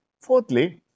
Fourthly